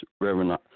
Reverend